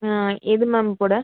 ம் எது மேம் போட